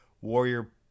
Warrior